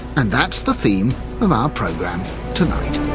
and that's the theme of our programme tonight.